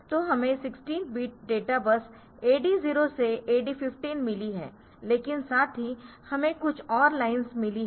तो हमें 16 bit data bus AD0 से AD15 मिली है लेकिन साथ ही हमें कुछ और लाइन्स मिली है